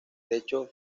techo